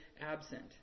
absent